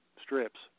strips